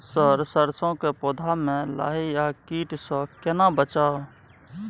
Sir सरसो के पौधा में लाही आ कीट स केना बचाऊ?